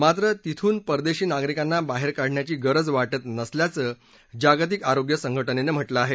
मात्र तिथून परदेशी नागरिकांना बाहेर काढण्याची गरज वाटत नसल्याचं जागतिक आरोग्य संघटनेनं म्हटलं आहे